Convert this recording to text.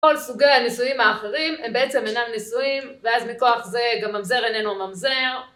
כל סוגי הנישואים האחרים הם בעצם אינם נישואים ואז מכוח זה גם ממזר איננו ממזר